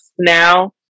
now